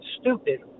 stupid